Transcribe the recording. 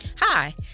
Hi